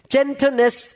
Gentleness